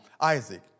Isaac